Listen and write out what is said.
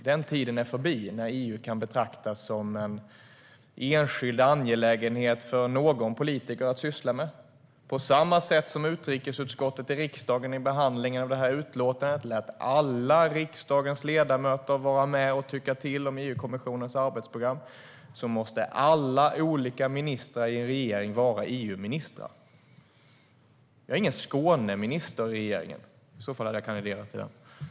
Den tiden är förbi då EU kunde betraktas som en enskild angelägenhet för någon politiker att syssla med. Jag är ingen Skåneminister i regeringen - i så fall hade jag kandiderat till det.